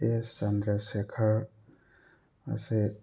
ꯑꯦꯁ ꯆꯟꯗ꯭ꯔ ꯁꯦꯈꯔ ꯑꯁꯦ